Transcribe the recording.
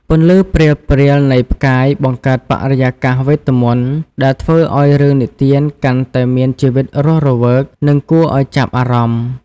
ពន្លឺព្រាលៗនៃផ្កាយបង្កើតបរិយាកាសវេទមន្តដែលធ្វើឲ្យរឿងនិទានកាន់តែមានជីវិតរស់រវើក និងគួរឲ្យចាប់អារម្មណ៍ ។